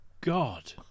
God